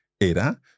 Era